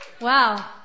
Wow